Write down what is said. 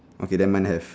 okay that [one] have